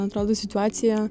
atrodo situacija